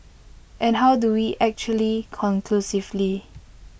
and how do we actually conclusively